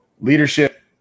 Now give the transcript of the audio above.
leadership